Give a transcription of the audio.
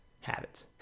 habits